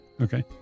Okay